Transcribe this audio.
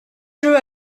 jeu